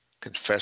confess